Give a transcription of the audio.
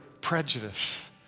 prejudice